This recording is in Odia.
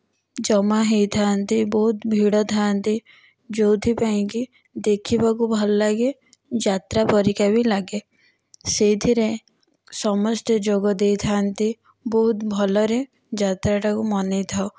ଜମା ହୋଇଥାନ୍ତି ବହୁତ ଭିଡ଼ ଥାନ୍ତି ଯେଉଁଥିପାଇଁ କି ଦେଖିବାକୁ ଭଲ ଲାଗେ ଯାତ୍ରା ପରିକାବି ଲାଗେ ସେଥିରେ ସମସ୍ତେ ଯୋଗ ଦେଇଥାନ୍ତି ବହୁତ ଭଲରେ ଯାତ୍ରାଟାକୁ ମନାଇଥାଉ